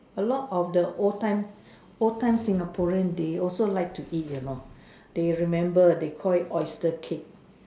a lot of the old time old time Singapore rain day also like to hear now the remember the coins cake